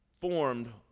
formed